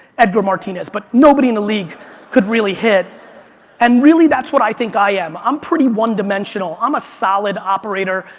edgar martinez, but nobody in the league could really hit and really that's what i think i am. i'm pretty one dimensional, i'm a solid operator,